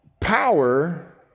Power